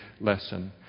lesson